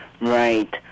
right